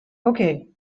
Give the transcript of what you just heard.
okay